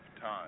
Time